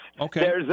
Okay